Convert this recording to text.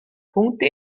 punkte